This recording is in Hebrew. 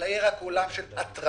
אלא יהיה רק עולם של התראה.